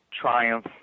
triumph